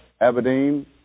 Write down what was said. Aberdeen